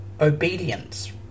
obedience